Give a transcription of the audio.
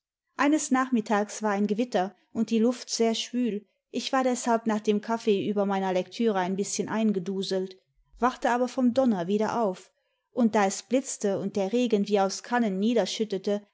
eines nachmittags war ein gewitter und die luft sehr schwül ich war deshalb nach dem kaffee über meine lektüre ein bißchen eingeduselt wachte aber vom donner wieder auf imd da es blitzte und der regen wie aus